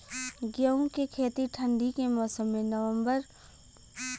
गेहूँ के खेती ठंण्डी के मौसम नवम्बर महीना में बढ़ियां होला?